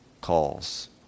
calls